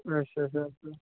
अच्छा अच्छा